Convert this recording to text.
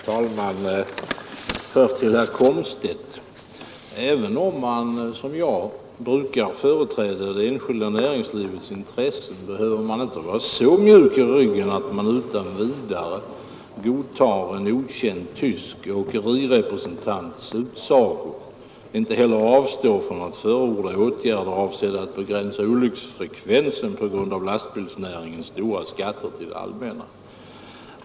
Herr talman! Först ett par ord till herr Komstedt. Även om man som jag brukar företräda det enskilda näringslivets intressen, behöver man inte vara så mjuk i ryggen att man utan vidare godtar en okänd tysk åkerirepresentants utsago. Inte heller behöver man avstå från att förorda åtgärder för att begränsa olycksfrekvensen på grund av att lastbils näringen betalar stora skatter till det allmänna.